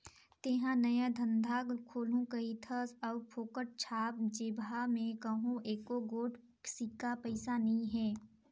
तेंहा नया धंधा खोलहू कहिथस अउ फोकट छाप जेबहा में कहों एको गोट सिक्का पइसा नी हे